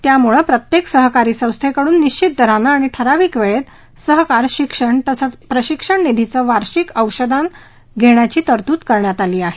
यामुळं प्रत्येक सहकारी संस्थेकडून निश्वित दरानं आणि ठराविक वेळेत सहकार शिक्षण तसंच प्रशिक्षण निधीचं वार्षिक अंशदान घेण्याची तरतूद करण्यात आली आहे